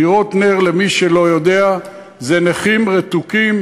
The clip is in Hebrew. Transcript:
דירות נ"ר, למי שלא יודע, זה לנכים רתוקים,